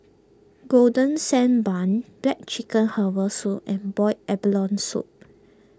Golden Sand Bun Black Chicken Herbal Soup and Boiled Abalone Soup